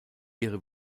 ihre